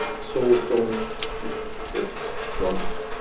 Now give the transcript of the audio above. souls don't get drunk,